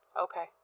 Okay